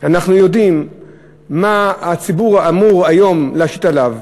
אנחנו יודעים מה אמור להיות מושת היום על הציבור,